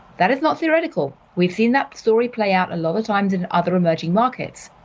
that is not theoretical we've seen that story play out a lot of times in other emerging markets.